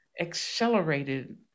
accelerated